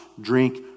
drink